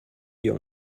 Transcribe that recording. wir